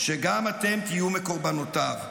שגם אתם תהיו מקורבנותיו.